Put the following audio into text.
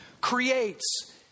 creates